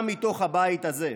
גם מתוך הבית הזה.